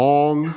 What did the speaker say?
Long